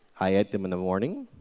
i ate them in the morning,